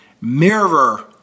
mirror